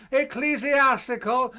ecclesiastical,